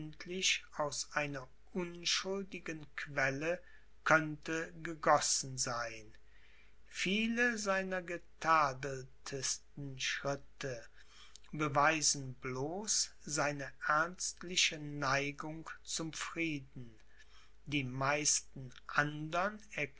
aus einer unschuldigen quelle könnte gegossen sein viele seiner getadeltsten schritte beweisen bloß seine ernstliche neigung zum frieden die meisten andern